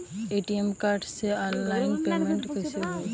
ATM card से online payment कैसे होई?